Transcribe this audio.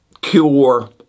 cure